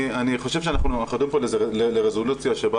אני חושב שאנחנו יורדים פה לרזולוציה שבה